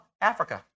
Africa